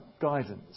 guidance